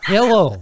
Hello